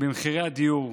במחירי הדיור,